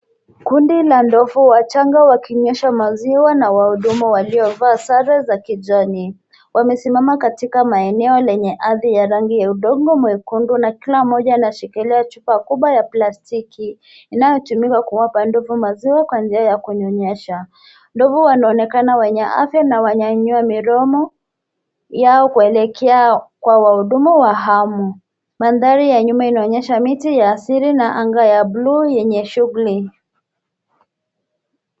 Kundi la ndovu wachanga wakinyweshwa maziwa na wahudumu waliovaa sare za kijani. Wamesimama katika maeneo lenye ardhi ya rangi ya udongo mwekundu na kila mmoja anashikilia chupa kubwa ya plastiki inayotumiwa kuwapa ndovu maziwa kwa njia ya kunyonyesha. Ndovu wanaonekana wenye afya na wanyanyua miromo yao kuelekea kwa wahudumu wa hamu. Mandhari ya nyuma inaonyesha miti ya asili na anga ya bluu yenye shughuli.